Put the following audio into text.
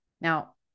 Now